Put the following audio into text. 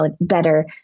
better